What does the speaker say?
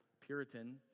Puritan